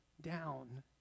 down